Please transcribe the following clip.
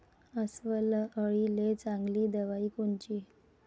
अस्वल अळीले चांगली दवाई कोनची?